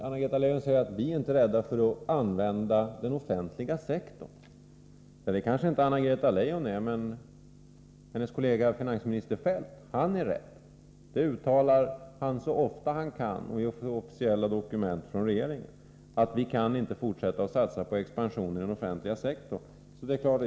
Anna-Greta Leijon säger: Vi är inte rädda för att använda den offentliga sektorn. Det kanske Anna-Greta Leijon inte är, men hennes kollega finansminister Feldt är rädd. Han uttalar så ofta han kan i officiella dokument från regeringen att vi inte kan fortsätta att satsa på en expansion av den offentliga sektorn.